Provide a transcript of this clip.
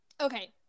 Okay